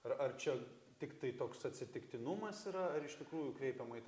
ar ar čia tiktai toks atsitiktinumas yra ar iš tikrųjų kreipiama į tai